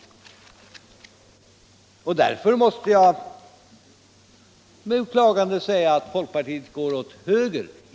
— grundlag Därför måste jag med beklagande säga, att folkpartiet går åt höger.